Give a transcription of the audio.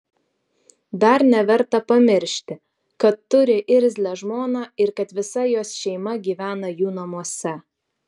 dar neverta pamiršti kad turi irzlią žmoną ir kad visa jos šeima gyvena jų namuose